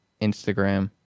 Instagram